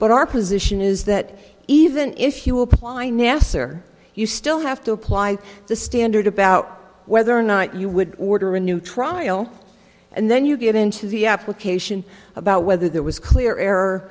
but our position is that even if you apply nassar you still have to apply the standard a bow whether or not you would order a new trial and then you get into the application about whether there was clear error